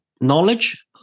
knowledge